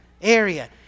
area